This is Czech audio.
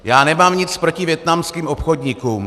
Já nemám nic proti vietnamským obchodníkům.